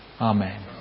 Amen